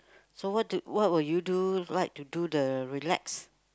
so what do what will you do like to do the relax